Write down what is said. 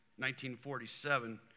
1947